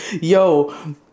Yo